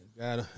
got